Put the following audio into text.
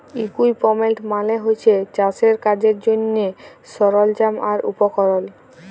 equipment মালে হছে চাষের কাজের জ্যনহে সরল্জাম আর উপকরল